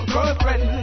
Girlfriend